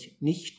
nicht